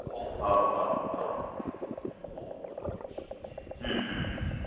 औ औ औ औ दे